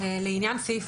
לעניין סעיף